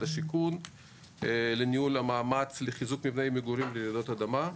השיכון לניהול המאמץ לחיזוק מבני מגורים ורעידות אדמה.